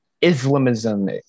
Islamism